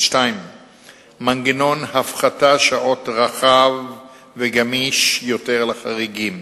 2. מנגנון הפחתת שעות רחב וגמיש יותר לחריגים,